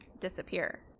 disappear